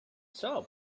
saw